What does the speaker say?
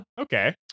Okay